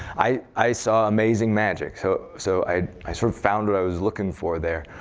i i saw amazing magic, so so i i sort of found what i was looking for there.